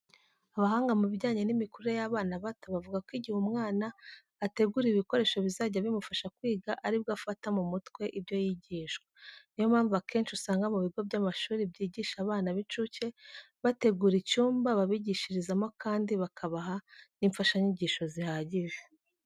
Abahanga mu bijyanye n'imikurire y'abana bato bavuga ko igihe umwana ateguriwe ibikoresho bizajya bimufasha kwiga ari bwo afata mu mutwe ibyo yigishwa. Ni yo mpamvu, akenshi usanga mu bigo by'amashuri byigisha abana b'incuke bategura icyumba babigishirizamo kandi bakabaha n'imfashanyigisho zihagije.